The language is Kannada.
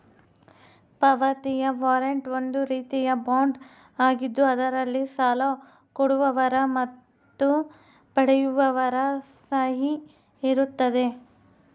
ಪಾವತಿಯ ವಾರಂಟ್ ಒಂದು ರೀತಿಯ ಬಾಂಡ್ ಆಗಿದ್ದು ಅದರಲ್ಲಿ ಸಾಲ ಕೊಡುವವರ ಮತ್ತು ಪಡೆಯುವವರ ಸಹಿ ಇರುತ್ತದೆ